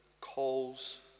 calls